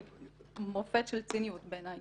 היא מופת של ציניות בעיני,